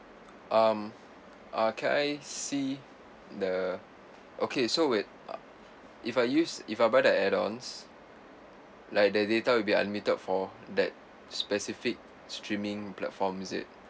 um uh can I see the okay so whe~ if I use if I buy the add ons like the data will be unlimited for that specific streaming platform it